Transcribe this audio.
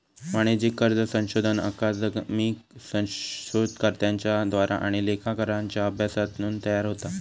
वाणिज्यिक कर्ज संशोधन अकादमिक शोधकर्त्यांच्या द्वारा आणि लेखाकारांच्या अभ्यासातून तयार होता